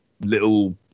Little